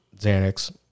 Xanax